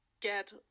get